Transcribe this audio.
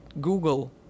Google